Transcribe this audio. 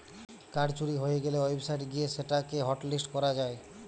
card চুরি হয়ে গ্যালে ওয়েবসাইট গিয়ে সেটা কে হটলিস্ট করা যায়